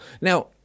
now